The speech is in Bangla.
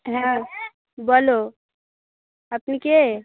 হ্যাঁ বলো আর তুমি কে